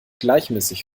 gleichmäßig